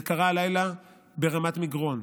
זה קרה הלילה ברמת מגרון,